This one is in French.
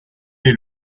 est